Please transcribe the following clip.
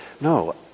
no